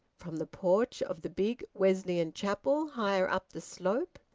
from the porch of the big wesleyan chapel higher up the slope,